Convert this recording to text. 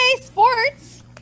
Sports